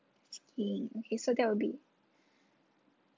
skiing okay so that will be